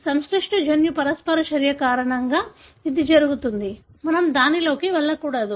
సంక్లిష్ట జన్యు పరస్పర చర్య కారణంగా ఇది జరుగుతుంది మనం దానిలోకి వెళ్ళకూడదు